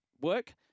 work